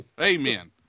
amen